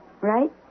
right